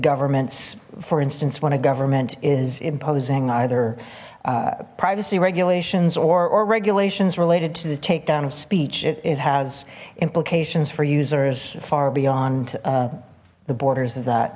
governments for instance when a government is imposing either privacy regulations or regulations related to the takedown of speech it has implications for users far beyond the borders of that